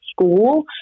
school